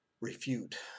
refute